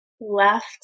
left